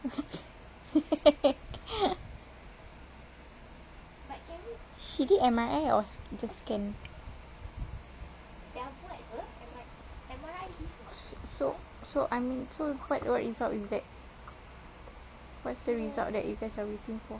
she did M_R_I or the scan so I mean so what what results you get what is the result you guys are waiting for